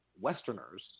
Westerners